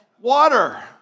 Water